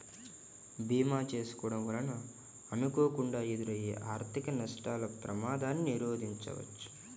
భీమా చేసుకోడం వలన అనుకోకుండా ఎదురయ్యే ఆర్థిక నష్టాల ప్రమాదాన్ని నిరోధించవచ్చు